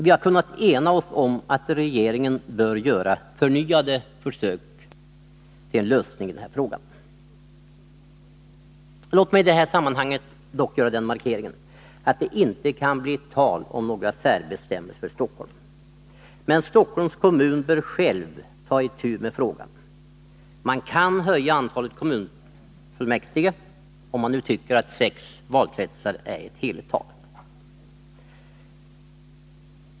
Vi har kunnat ena oss om att regeringen bör göra förnyade försök att lösa frågan. Låt mig i detta sammanhang dock göra den markeringen att det inte kan bli tal om några särbestämmelser för Stockholm. Men Stockholms kommun bör själv ta itu med frågan. Man kan t.ex. höja antalet kommunfullmäktige, om man nu anser att sex valkretsar är ett heligt tal.